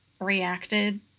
reacted